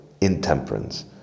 intemperance